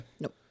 Nope